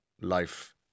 life